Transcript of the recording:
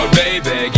baby